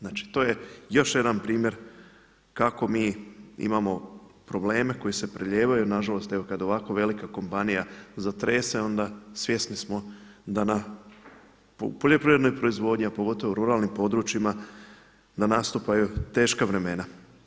Znači to je još jedan primjer kako mi imamo probleme koji se prelijevaju jer nažalost kada ovako velika kompanija zatrese onda smo svjesni da na poljoprivrednoj proizvodnji, a pogotovo u ruralnim područjima da nastupaju teška vremena.